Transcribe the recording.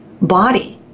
body